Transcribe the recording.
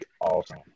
awesome